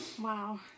Wow